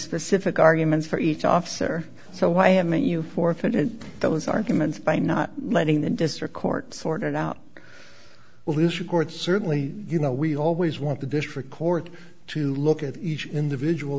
specific arguments for each officer so why haven't you forfeited that his arguments by not letting the district court sort it out well this court certainly you know we always want the district court to look at each individual